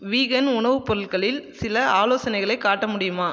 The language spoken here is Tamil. வீகன் உணவுப் பொருட்களில் சில ஆலோசனைகளைக் காட்ட முடியுமா